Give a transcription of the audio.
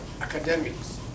academics